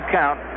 count